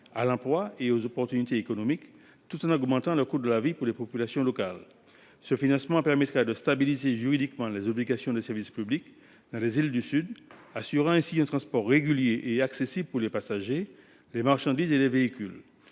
à l’emploi et à l’activité économique, tout en augmentant le coût de la vie pour les populations locales. Le financement proposé permettra de stabiliser juridiquement les obligations de service public dans les îles du Sud, assurant ainsi un transport régulier et accessible pour les passagers, les marchandises et les véhicules.